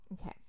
Okay